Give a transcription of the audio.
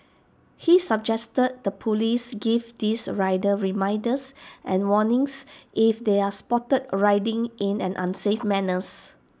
he suggested the Police give these riders reminders and warnings if they are spotted riding in an unsafe manner